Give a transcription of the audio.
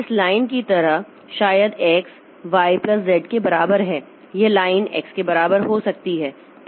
इस लाइन की तरह शायद x y प्लस z के बराबर है यह लाइन x के बराबर हो सकती है